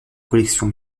collection